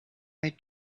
her